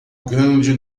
grande